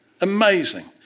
amazing